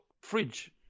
fridge